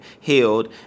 healed